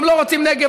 הם לא רוצים נגב,